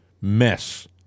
mess